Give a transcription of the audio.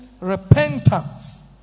repentance